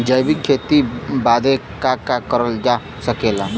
जैविक खेती बदे का का करल जा सकेला?